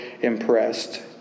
impressed